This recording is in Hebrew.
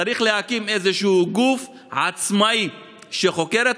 צריך להקים איזשהו גוף עצמאי שחוקר את